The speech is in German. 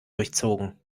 durchzogen